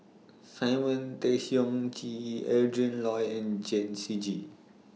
Simon Tay Seong Chee Adrin Loi and Chen Shiji